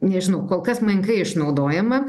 nežinau kol kas menkai išnaudojama